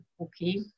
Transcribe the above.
Okay